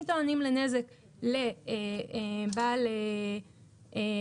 אם טוענים לנזק לבעל הרישיון,